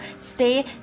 stay